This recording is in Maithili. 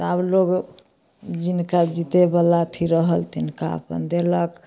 आब लोक जिनका जितैवला अथी रहल तिनका अपन देलक